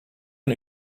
een